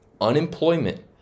unemployment